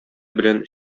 белән